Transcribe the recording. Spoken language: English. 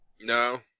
no